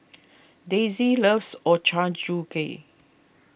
Daisey loves Ochazuke